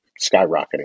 skyrocketing